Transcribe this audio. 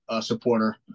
supporter